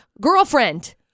Girlfriend